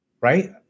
right